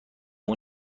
اون